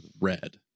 red